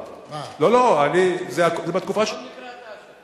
לא, לא, זה בתקופה, בכל מקרה אתה אשם.